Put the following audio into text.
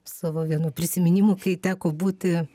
savo vienu prisiminimu kai teko būti